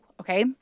okay